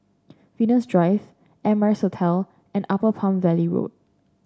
Venus Drive Amrise Hotel and Upper Palm Valley Road